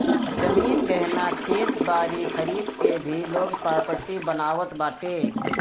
जमीन, गहना, खेत बारी खरीद के भी लोग प्रापर्टी बनावत बाटे